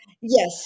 Yes